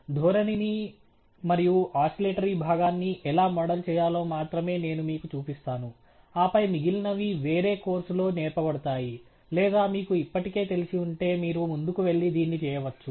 ధోరణిని మరియు ఆసిలేటరీ భాగాన్ని ఎలా మోడల్ చేయాలో మాత్రమే నేను మీకు చూపిస్తాను ఆపై మిగిలినవి వేరే కోర్సు లో నేర్పబడతాయి లేదా మీకు ఇప్పటికే తెలిసి ఉంటే మీరు ముందుకు వెళ్లి దీన్ని చేయవచ్చు